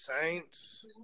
Saints